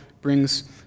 brings